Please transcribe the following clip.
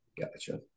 Gotcha